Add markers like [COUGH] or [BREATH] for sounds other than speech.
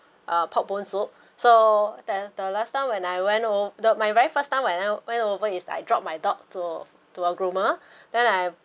uh pork bone soup so the the last time when I went o~ the my very first time when I went over is I drop my dog to to a groomer [BREATH] then I